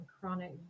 Chronic